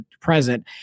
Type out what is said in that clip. present